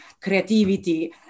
creativity